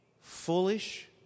foolish